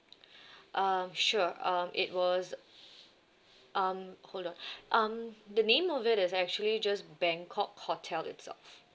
um sure um it was um hold on um the name of it is actually just bangkok hotel itself